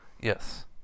Yes